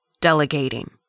Delegating